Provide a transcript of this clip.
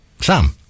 Sam